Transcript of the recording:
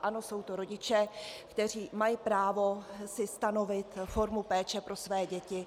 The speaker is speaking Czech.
Ano, jsou to rodiče, kteří mají právo si stanovit formu péče pro své děti.